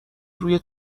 روی